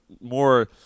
more